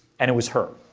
and it was her.